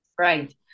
Right